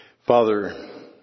Father